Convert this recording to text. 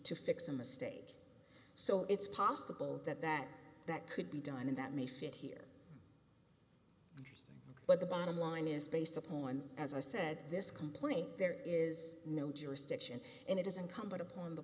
to fix a mistake so it's possible that that that could be done and that may sit here but the bottom line is based upon as i said this complaint there is no jurisdiction and it is incumbent upon the